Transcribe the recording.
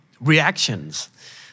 reactions